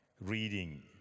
Reading